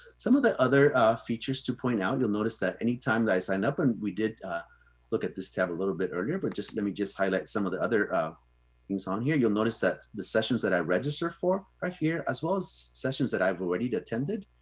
some of the other features to point out, you'll notice that anytime that i sign up, and we did ah look at this tab a little bit earlier, but just let me just highlight some of the other things on here, you'll notice that the sessions that i register for are here as well as sessions that i've already attended.